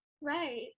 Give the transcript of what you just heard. right